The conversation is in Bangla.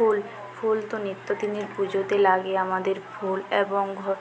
ফুল ফুল তো নিত্য দিনের পুজোতে লাগে আমাদের ফুল এবং